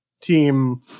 team